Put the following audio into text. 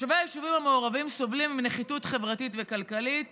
תושבי היישובים המעורבים סובלים מנחיתות חברתית וכלכלית